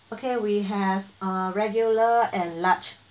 okay we have uh regular and large